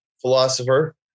philosopher